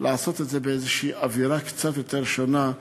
לעשות את זה באיזושהי אווירה קצת שונה,